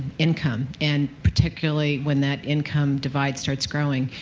income and, particularly, when that income divide starts growing.